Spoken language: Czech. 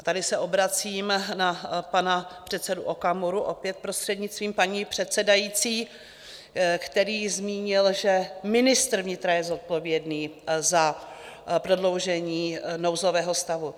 Tady se obracím na pana předsedu Okamuru, opět prostřednictvím paní předsedající, který zmínil, že ministr vnitra je zodpovědný za prodloužení nouzového stavu.